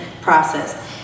process